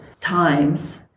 times